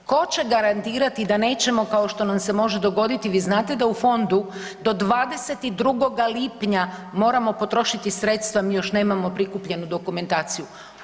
Tko će garantirati da nećemo kao što nam se može dogoditi, vi znate da u fondu do 22. lipnja moramo potrošiti sredstva mi još nemamo prikupljenu dokumentaciju.